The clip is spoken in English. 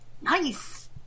Nice